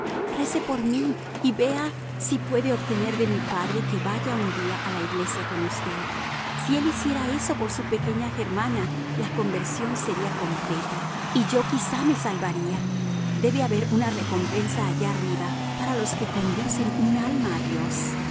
rece por mí y vea si puede obtener de mi padre que vaya un día a la iglesia con usted si él hiciera eso por su pequeña germana la conversión sería completa y yo quizá me salvaría debe haber una recompensa allá arriba para los que conducen un alma